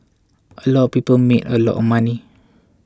a lot of people made a lot of money